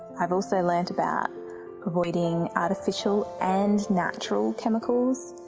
i've also learnt about avoiding artificial and natural chemicals,